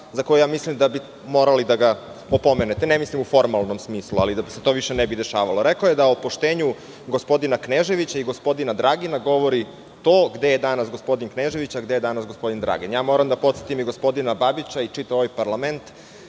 za koju ja mislim da bi morali da ga opomenete, ne mislim u formalnom smislu, ali da se to više ne bi dešavalo. Rekao je da o otpuštenju gospodina Kneževića i gospodina Dragina, govori to gde je danas gospodin Knežević, a gde je danas gospodin Dragin. Moram da podsetim i gospodina Babića i čitav ovaj parlament